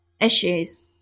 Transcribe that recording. issues